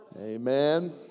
Amen